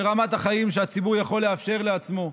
ברמת החיים שהציבור יכול לאפשר לעצמו,